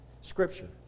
Scripture